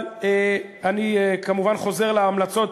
אבל אני כמובן חוזר להמלצות,